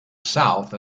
south